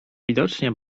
widocznie